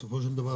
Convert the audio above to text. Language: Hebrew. בסופו של דבר,